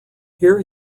here